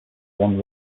one